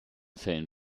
fällen